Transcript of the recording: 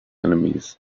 enemies